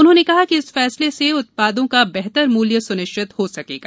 उन्होंने कहा कि इस फैसले से उत्पादों का बेहतर मूल्य सुनिश्चित हो सकेगा